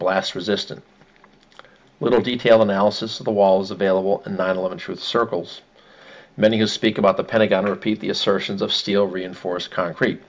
blast resistant little detail analysis of the walls available and nine eleven truth circles many who speak about the pentagon repeat the assertions of steel reinforced concrete